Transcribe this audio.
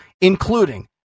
including